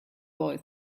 boy